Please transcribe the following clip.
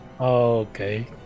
Okay